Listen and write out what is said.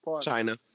China